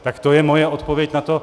Tak to je moje odpověď na to.